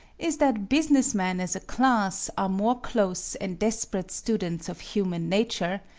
is that business men as a class are more close and desperate students of human nature,